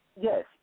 Yes